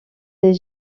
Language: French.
des